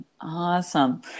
Awesome